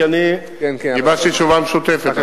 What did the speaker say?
כי אני גיבשתי תשובה משותפת.